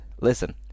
listen